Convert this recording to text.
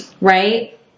right